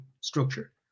structure